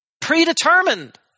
Predetermined